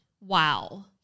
Wow